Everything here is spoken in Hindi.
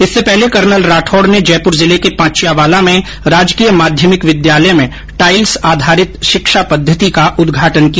इससे पहले कर्नल राठौड ने जयपुर जिले के पांच्यावाला में राजकीय माध्यमिक विद्यालय में टाइल्स आधारित शिक्षा पद्धति का उद्घाटन किया